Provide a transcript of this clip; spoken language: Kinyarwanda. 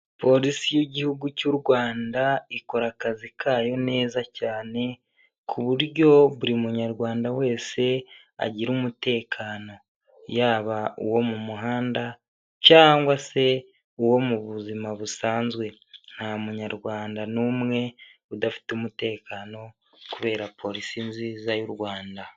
Polisi y'igihugu cy'u Rwanda ikora akazi kayo neza cyane, ku buryo buri munyarwanda wese agira umutekano. Yaba uwo mu muhanda cyangwa se uwo mu buzima busanzwe. Nta munyarwanda n'umwe udafite umutekano kubera polisi nziza y'u Rwanda.